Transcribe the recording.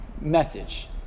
message